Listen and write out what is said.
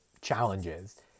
challenges